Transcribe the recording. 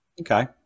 Okay